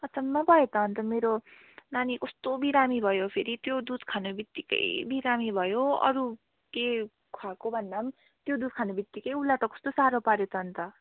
अचम्भ भयो त अन्त मेरो नानी कस्तो बिरामी भयो फेरि त्यो दुध खाने बित्तिकै बिरामी भयो अरू के खुवाएको भन्द पनि त्यो दुध खाने बित्तिकै उसलाई त कस्तो साह्रो पाऱ्यो त अन्त